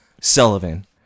Sullivan